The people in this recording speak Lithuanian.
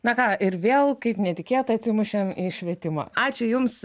na ką ir vėl kaip netikėtai atsimušėm į švietimą ačiū jums